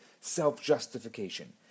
self-justification